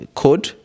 code